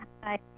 Hi